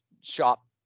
shop